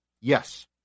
Yes